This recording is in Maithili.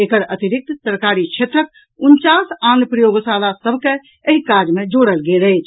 एकर अतिरिक्त सरकारी क्षेत्रक उनचास आन प्रयोगशाला सभ के एहि काज में जोड़ल गेल अछि